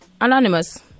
Anonymous